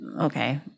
okay